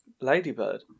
ladybird